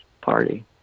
party